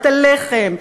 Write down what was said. את הלחם,